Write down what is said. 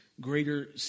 greater